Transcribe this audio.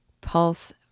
Pulse